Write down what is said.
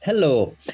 Hello